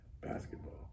basketball